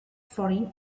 foreign